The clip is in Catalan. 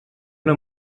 una